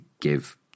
give